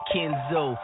Kenzo